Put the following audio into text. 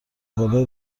بالا